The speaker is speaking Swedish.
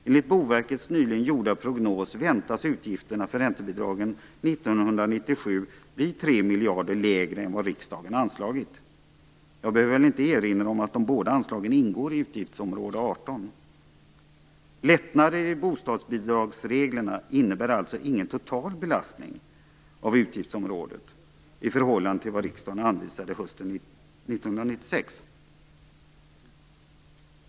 Enligt Boverkets nyligen gjorda prognos, väntas utgifterna för räntebidragen 1997 bli 3 miljarder kronor lägre än vad riksdagen anslagit. Jag behöver väl inte erinra om att de båda anslagen ingår i utgiftsområde 18. Lättnader i bostadsbidragsreglerna innebär alltså ingen total belastning av utgiftsområdet i förhållande till vad riksdagen anvisade hösten 1996.